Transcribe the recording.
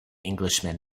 englishman